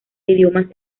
idiomas